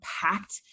packed